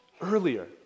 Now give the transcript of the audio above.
earlier